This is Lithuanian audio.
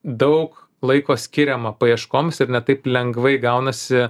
daug laiko skiriama paieškoms ir ne taip lengvai gaunasi